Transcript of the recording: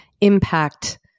impact